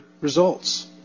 results